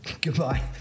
Goodbye